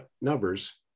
numbers